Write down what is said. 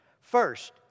First